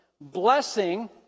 Blessing